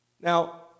now